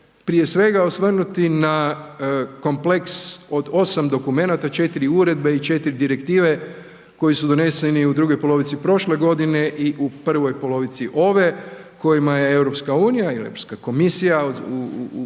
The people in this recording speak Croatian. prije svega osvrnuti na kompleks od 8 dokumenata, 4 uredbe i 4 direktive koji su doneseni u drugoj polovici prošle godine i u prvoj polovici ove kojima je EU i Europska komisija u